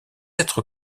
être